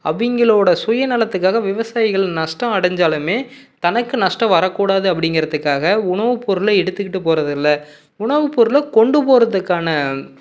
அவங்களோட சுயநலத்துக்காக விவசாயிகள் நஸ்டம் அடைஞ்சாலுமே தனக்கு நஷ்டம் வரக்கூடாது அப்டிங்கிறத்துக்காக உணவுப் பொருளை எடுத்துக்கிட்டு போறதில்லை உணவுப் பொருள கொண்டுப் போகிறதுக்கான